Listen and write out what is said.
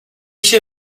się